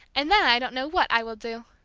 and then i don't know what i will do!